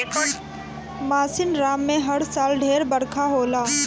मासिनराम में हर साल ढेर बरखा होला